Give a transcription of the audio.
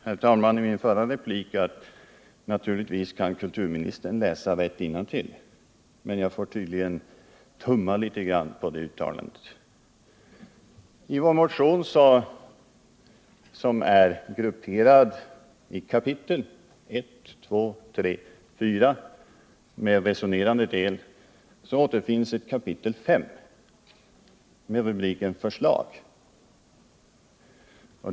Herr talman! Jag sade i min förra replik: Naturligtvis kan kulturministern läsa rätt innantill. Men jag får tydligen tumma litet på det uttalandet. Vår motion är indelad i kapitel. Utöver fyra resonerande kapitel finns ett femte kapitel med rubriken Förslag.